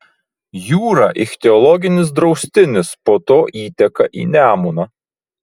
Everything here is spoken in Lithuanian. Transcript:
jūra ichtiologinis draustinis po to įteka į nemuną